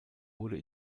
wurde